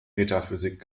metaphysik